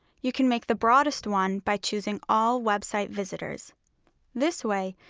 you can make the broadest one by choosing all website visitors this way,